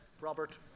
Robert